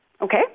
Okay